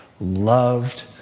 loved